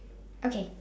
okay